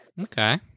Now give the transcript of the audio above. Okay